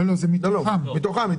זה מתוכן.